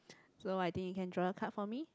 so I think you can draw a card for me